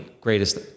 greatest